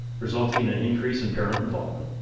resulting in an increase in parent involvement.